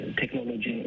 technology